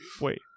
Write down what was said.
Wait